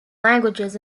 languages